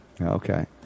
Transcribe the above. Okay